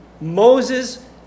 Moses